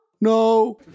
No